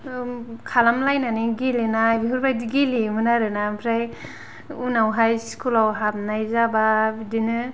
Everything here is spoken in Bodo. खालामलायनानै गेलेनाय बेफोरबायदि गेलेयोमोन आरोना ओमफ्राय उनावहाय स्कुलाव हाबनाय जाबा बिदिनो